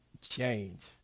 change